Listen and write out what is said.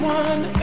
one